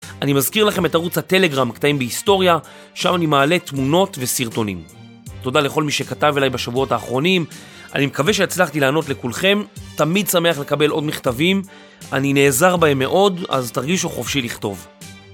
אני מזכיר לכם את ערוץ הטלגרם קטעים בהיסטוריה, שם אני מעלה תמונות וסרטונים. תודה לכל מי שכתב אליי בשבועות האחרונים, אני מקווה שהצלחתי לענות לכולכם, תמיד שמח לקבל עוד מכתבים, אני נעזר בהם מאוד, אז תרגישו חופשי לכתוב.